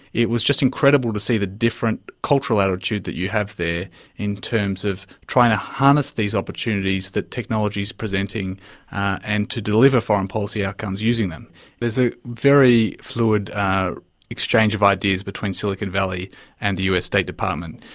it was just incredible to see the different cultural attitude that you have there in terms of trying to harness these opportunities that technology is presenting and to deliver foreign policy outcomes using them. there is a very fluid exchange of ideas between silicon valley and the us state department.